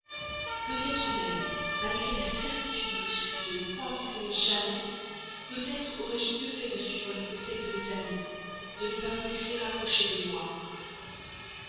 peut-être même malgré la certitude où je suis de ne vous point aimer de ne vous aimer jamais peut-être aurais-je mieux fait de suivre les conseils de mes amis de ne pas vous laisser approcher de moi